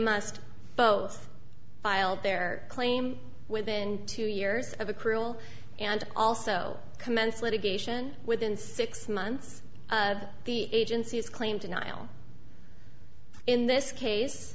must both file their claim within two years of a cruel and also commence litigation within six months of the agency's claim denial in this case